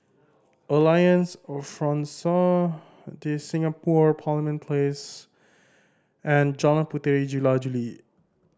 Alliance Francaise De Singapour Parliament Place and Jalan Puteri Jula Juli